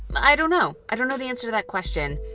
i don't know. i don't know the answer to that question.